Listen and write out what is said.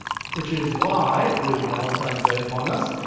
which is why with valentine's day upon us,